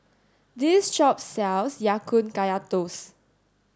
this shop sells Ya Kun Kaya Toast